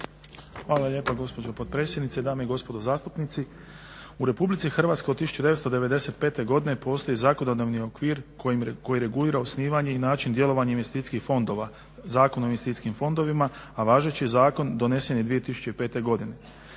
Hvala lijepo gospođo potpredsjednice, dame i gospodo zastupnici. U Republici Hrvatskoj od 1995. godine postoji zakonodavni okvir koji regulira osnivanje i način djelovanja investicijskih fondova, Zakon o investicijskim fondovima, a važeći zakon donesen je 2005. godine.